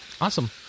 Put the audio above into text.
Awesome